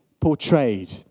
portrayed